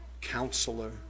Counselor